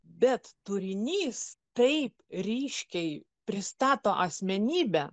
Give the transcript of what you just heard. bet turinys taip ryškiai pristato asmenybę